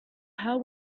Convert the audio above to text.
how